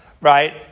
right